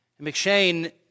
McShane